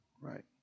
right